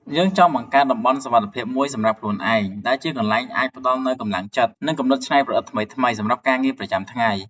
យើងចង់បង្កើត តំបន់សុវត្ថិភាព មួយសម្រាប់ខ្លួនឯង ដែលជាកន្លែងអាចផ្ដល់នូវកម្លាំងចិត្ត និងគំនិតច្នៃប្រឌិតថ្មីៗសម្រាប់ការងារប្រចាំថ្ងៃ។